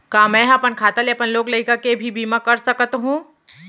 का मैं ह अपन खाता ले अपन लोग लइका के भी बीमा कर सकत हो